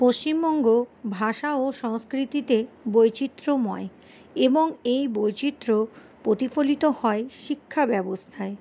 পশ্চিমবঙ্গ ভাষা ও সংস্কৃতিতে বৈচিত্র্যময় এবং এই বৈচিত্র্য প্রতিফলিত হয় শিক্ষা ব্যবস্থায়